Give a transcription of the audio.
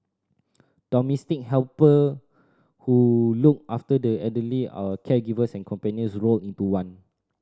domestic helper who look after the elderly are caregivers and companions rolled into one